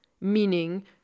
meaning